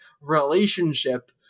relationship